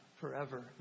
forever